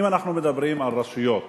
אם אנחנו מדברים על רשויות